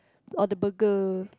or the burger